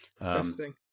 Interesting